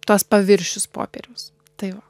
tas paviršius popieriaus tai va